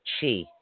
Chi